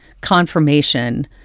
confirmation